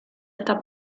esta